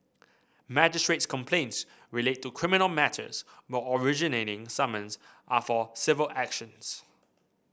magistrate's complaints relate to criminal matters while originating summons are for civil actions